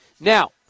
Now